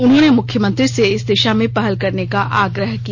उन्होंने मुख्यमंत्री से इस दिशा में पहल करने का आग्रह किया